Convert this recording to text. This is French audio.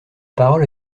parole